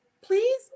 please